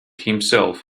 himself